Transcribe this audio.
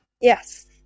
Yes